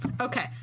okay